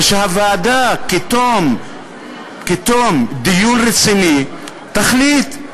ושהוועדה בתום דיון רציני תחליט.